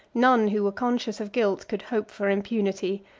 none who were conscious of guilt could hope for impunity,